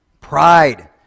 Pride